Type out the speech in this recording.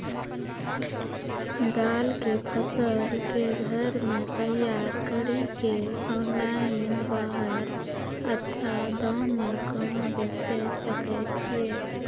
दाल के फसल के घर मे तैयार कड़ी के ऑनलाइन बाहर अच्छा दाम मे कहाँ बेचे सकय छियै?